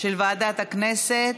של ועדת הכנסת.